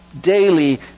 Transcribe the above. daily